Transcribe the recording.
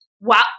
Wow